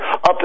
up